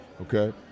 okay